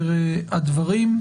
הדברים.